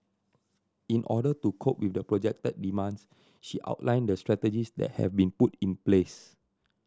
in order to cope with the projected demands she outlined the strategies that have been put in place